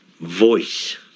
voice